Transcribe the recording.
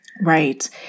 Right